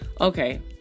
okay